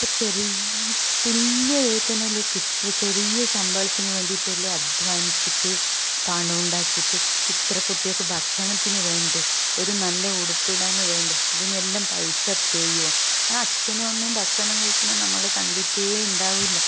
അപ്പം ചെറിയ തുല്യ വേതനമല്ലേ കിട്ടൂ ചെറിയ ശമ്പളത്തിന് വേണ്ടിയിട്ടല്ലേ അധ്വാനിച്ചിട്ട് പണം ഉണ്ടാക്കിയിട്ട് ഇത്ര കുട്ടികൾക്ക് ഭക്ഷണത്തിന് വേണ്ടേ ഒരു നല്ല ഉടുപ്പിടാൻ വേണ്ടേ ഇതിനെല്ലാം പൈസ തികയുമോ ആ അച്ഛനും അമ്മയും ഭക്ഷണം കഴിക്കുന്നത് നമ്മൾ കണ്ടിട്ടേ ഉണ്ടാവില്ല